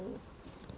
how about you